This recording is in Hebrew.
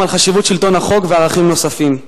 על חשיבות שלטון החוק וערכים נוספים.